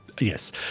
Yes